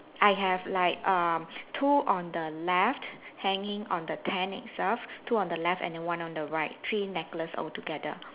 I have like err two on the left hanging on the tent itself two on the left and then one on the right three necklace all together